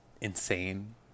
insane